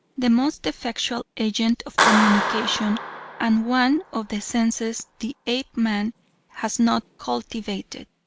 the most effectual agent of communication and one of the senses the apeman has not cultivated.